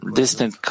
distant